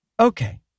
Okay